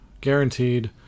guaranteed